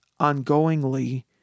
ongoingly